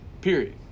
Period